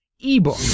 ebook